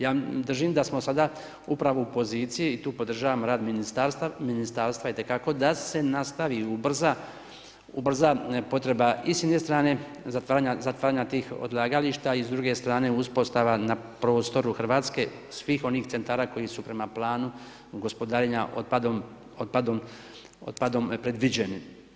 Ja držim da smo sada upravo u poziciji i tu podržavam rad Ministarstva itekako da se nastavi i ubrza, ubrza potreba i s jedna strane zatvaranja tih odlagališta i s druge strane uspostava na prostoru Hrvatske svih onih centara koji su prema planu gospodarenja otpadom predviđeni.